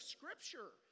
Scripture